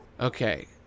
Okay